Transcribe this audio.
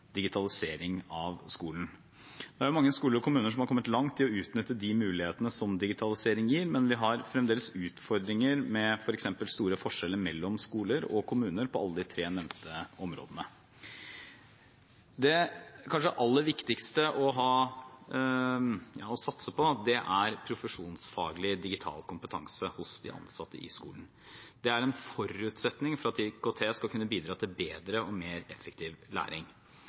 digitalisering av skolen. Mange skoler og kommuner har kommet langt i å utnytte de mulighetene som digitaliseringen gir, men vi har fremdeles utfordringer med f.eks. store forskjeller mellom skoler og kommuner på alle de tre nevnte områdene. Det kanskje aller viktigste å satse på er profesjonsfaglig digital kompetanse hos de ansatte i skolen. Det er en forutsetning for at IKT skal kunne bidra til bedre og mer effektiv læring.